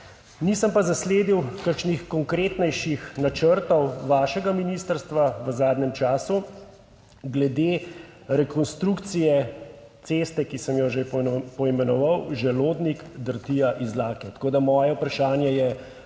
Nisem pa zasledil kakšnih konkretnejših načrtov vašega ministrstva v zadnjem času glede rekonstrukcije ceste, ki sem jo že poimenoval – Želodnik–Drtija–Izlake. Moje vprašanje je